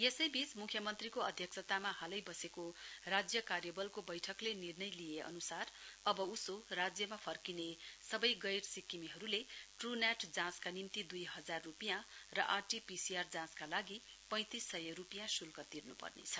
यसैबीच मुख्यमन्त्रीको अध्यक्षतामा हालै बसेको राज्य कार्यबलको बैठकले निर्णय लिए अनुसार अब उसो राज्यमा फर्किने सबै गैर सिक्किमेहरूले डु नेट जाँचका दुई हजार रूपियाँ र आरटी पीसीआर जाँचका लागि पैतिंस सय रूपियाँ शुल्क तिर्नु पर्नेछ